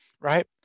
Right